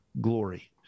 glory